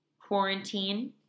quarantine